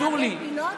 מעגל פינות?